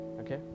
okay